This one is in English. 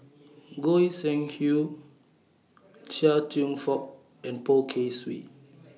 Goi Seng Hui Chia Cheong Fook and Poh Kay Swee